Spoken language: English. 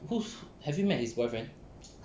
who have you met his boyfriend